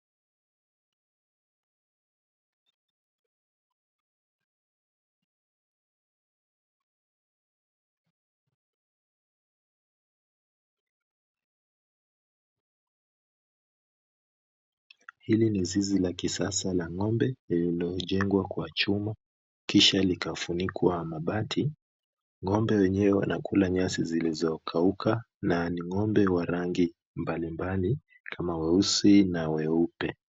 Hili ni zizi la kisasa la ng'ombe lililojengwa kwa chuma kisha likafunikwa mabati. Ng'ombe wenyewe, wanakula nyasi zilizo kauka nani ng'ombe wa rangi mbalimbali, kama vile weusi na weupe.